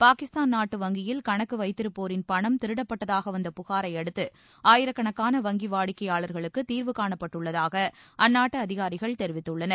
பாகிஸ்தான் நாட்டு வங்கியில் கணக்கு வைத்திருப்போரின் பணம் திருடப்பட்டதாக வந்த புகாரை அடுத்து ஆயிரக்கணக்கான வங்கி வாடிக்கையாளாகளுக்கு தீாவுகாணப்பட்டுள்ளதாக அந்நாட்டு அதிகாரிகள் தெரிவித்துள்ளனர்